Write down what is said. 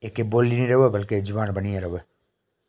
जेह्की बोली नी रवै ऐ बल्कि जबान बनियै रवै